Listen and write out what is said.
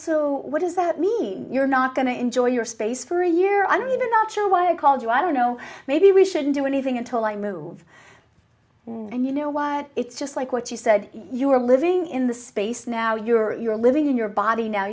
so what does that mean you're not going to enjoy your space for a year i don't even not sure why i called you i don't know maybe we shouldn't do anything until i move and you know what it's just like what you said you were living in the space now you're living in your body now